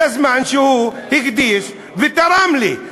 לזמן שהוא הקדיש ותרם לי.